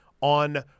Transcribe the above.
on